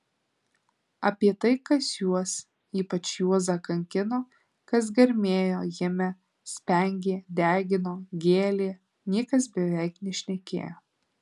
apie tai kas juos ypač juozą kankino kas garmėjo jame spengė degino gėlė niekas beveik nešnekėjo